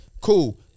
cool